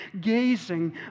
gazing